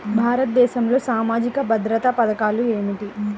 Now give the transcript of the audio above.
భారతదేశంలో సామాజిక భద్రతా పథకాలు ఏమిటీ?